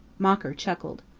mocker chuckled.